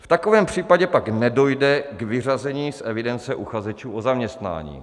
V takovém případě pak nedojde k vyřazení z evidence uchazečů o zaměstnání.